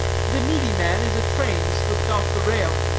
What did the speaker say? the needy man is a train slipped off the rail.